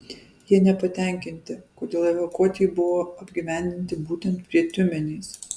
jie nepatenkinti kodėl evakuotieji buvo apgyvendinti būtent prie tiumenės